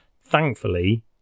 thankfully